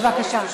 בבקשה.